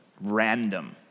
Random